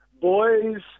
Boys